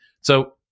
So-